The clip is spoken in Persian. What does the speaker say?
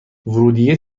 ورودیه